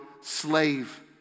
slave